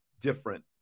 different